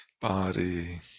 body